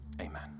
amen